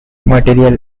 material